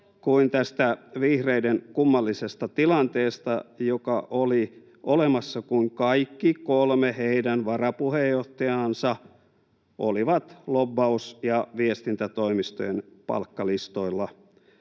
kuin tästä vihreiden kummallisesta tilanteesta, joka oli olemassa, kun kaikki heidän kolme varapuheenjohtajaansa olivat lobbaus- ja viestintätoimistojen palkkalistoilla.